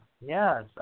yes